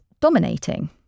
dominating